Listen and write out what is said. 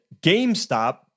GameStop